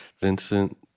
Vincent